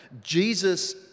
Jesus